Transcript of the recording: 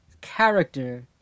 character